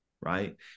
right